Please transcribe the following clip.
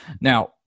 Now